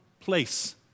place